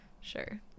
Sure